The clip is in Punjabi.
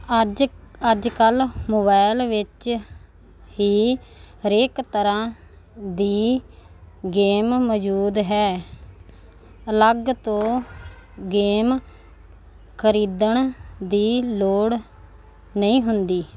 ਅੱਜ ਅੱਜ ਕੱਲ੍ਹ ਮੋਬਾਇਲ ਵਿੱਚ ਹੀ ਹਰੇਕ ਤਰ੍ਹਾਂ ਦੀ ਗੇਮ ਮੌਜੂਦ ਹੈ ਅਲੱਗ ਤੋਂ ਗੇਮ ਖਰੀਦਣ ਦੀ ਲੋੜ ਨਹੀਂ ਹੁੰਦੀ